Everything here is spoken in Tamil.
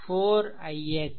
4 ix